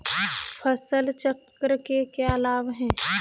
फसल चक्र के क्या लाभ हैं?